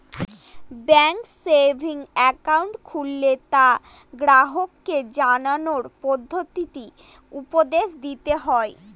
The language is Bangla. ব্যাঙ্কে সেভিংস একাউন্ট খুললে তা গ্রাহককে জানানোর পদ্ধতি উপদেশ দিতে হয়